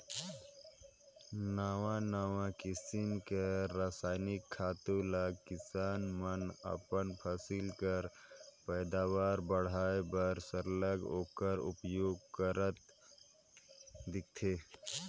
नावा नावा किसिम कर रसइनिक खातू ल किसान मन अपन फसिल कर पएदावार बढ़ाए बर सरलग ओकर उपियोग करत दिखथें